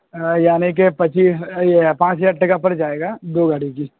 یعنی کہ پچیس پانچ ہزار تک کا پڑ جائے گا دو گاڑی کی